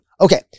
Okay